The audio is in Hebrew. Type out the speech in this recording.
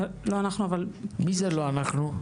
זה לא אנחנו אבל --- מי זה לא אנחנו?